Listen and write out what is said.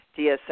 DSM